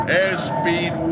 Airspeed